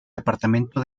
departamento